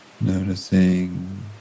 Noticing